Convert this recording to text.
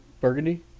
burgundy